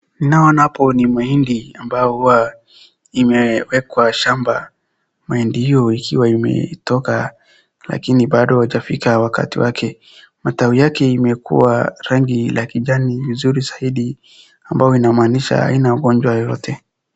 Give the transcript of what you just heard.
Ninao ona hapo ni mahindi ambao huwa imewekwa shamba. Mahindi hiyo ikiwa imetoka lakini bado jafika wakati wake. Matawi yake imekua rangi la kijani vizuri zaidi ambao inamaanisha haina ugonjwa yoyote.